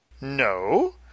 No